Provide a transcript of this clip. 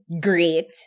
great